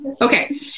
okay